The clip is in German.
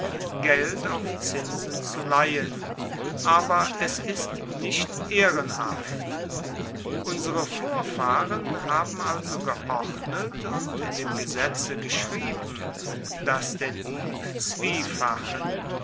geld auf zinsen zu leihen aber es ist nicht ehrenhaft unsere vorfahren haben also geordnet und in dem gesetze geschrieben dass der dieb zwiefachen